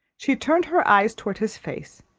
she turned her eyes towards his face,